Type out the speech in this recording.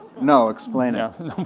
no, explain it.